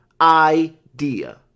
idea